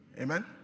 Amen